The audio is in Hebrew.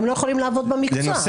הם לא יכולים לעבוד במקצוע,